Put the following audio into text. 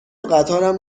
قطارم